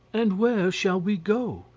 and where shall we go?